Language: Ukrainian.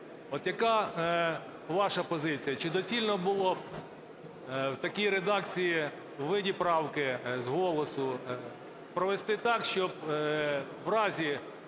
От яка ваша позиція, чи доцільно було в такій редакції у виді правки з голосу провести так, щоб в разі,